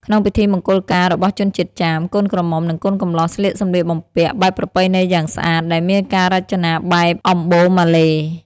ក្នុងពិធីមង្គលការរបស់ជនជាតិចាម កូនក្រមុំ និងកូនកំលោះស្លៀកសម្លៀកបំពាក់បែបប្រពៃណីយ៉ាងស្អាត ដែលមានការរចនាបែបអម្បូរម៉ាឡេ។